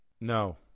No